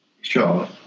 sure